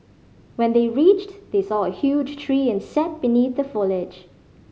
when they reached they saw a huge tree and sat beneath the foliage